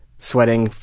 sweating,